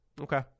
Okay